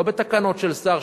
לא בתקנות של שר,